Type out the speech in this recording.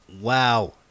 Wow